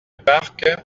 parc